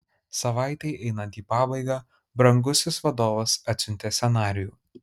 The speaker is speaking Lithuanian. savaitei einant į pabaigą brangusis vadovas atsiuntė scenarijų